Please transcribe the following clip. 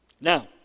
Now